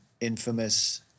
infamous